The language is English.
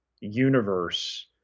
universe